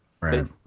Right